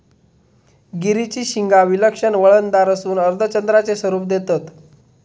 गिरीची शिंगा विलक्षण वळणदार असून अर्धचंद्राचे स्वरूप देतत